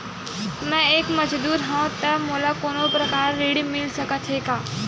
मैं एक मजदूर हंव त मोला कोनो प्रकार के ऋण मिल सकत हे का?